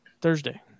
Thursday